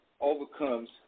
overcomes